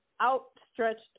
outstretched